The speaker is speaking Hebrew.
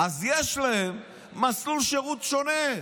אז יש להם מסלול שירות שונה.